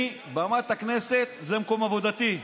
אני, במת הכנסת היא מקום עבודתי,